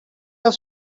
have